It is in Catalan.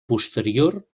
posterior